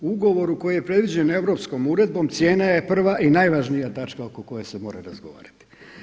Ugovor koji je predviđen europskom uredbom cijena je prva i najvažnija točka oko koje se moraju razgovarati.